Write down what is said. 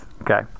Okay